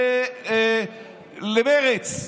למרצ.